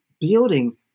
building